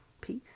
peace